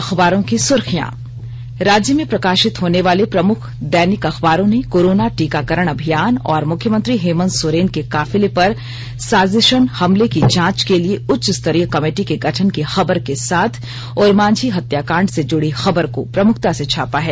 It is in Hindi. अखबारों की सुर्खियां राज्य में प्रकाशित होने वाले प्रमुख दैनिक अखबारों ने कोरोना टीकाकरण अभियान और मुख्यमंत्री हेमंत सोरेन के काफिले पर साजिशन हमले की जांच के लिए उच्चस्तरीय कमिटी के गठन की खबर के साथ ओरमांझी हत्याकांड से जुड़ी खबर को प्रमुखता से छापा है